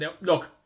look